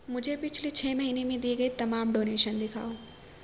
مجھے پچھلے چھ مہینے میں دیے گئے تمام ڈونیشن دکھاؤ